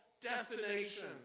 destination